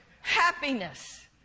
Happiness